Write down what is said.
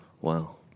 Wow